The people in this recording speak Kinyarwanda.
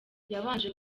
yabanje